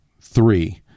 three